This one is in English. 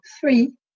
three